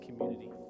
community